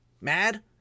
mad